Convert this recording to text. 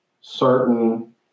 certain